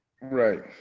Right